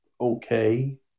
okay